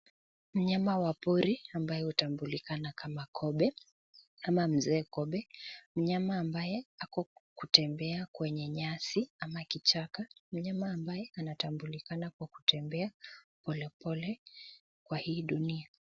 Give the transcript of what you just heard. Mnyama wa pori ambaye hutambulikana kama kobe ama mzee kobe. Mnyama ambaye ako kutembea kwenye nyasi ama kichaka, mnyama ambaye anatambulikana kwa kutembea pole pole kwa hii dunia .